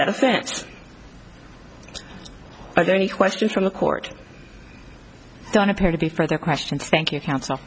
that offense are there any questions from the court don't appear to be further questions thank you counsel